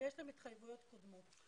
שיש להם התחייבויות קודמות.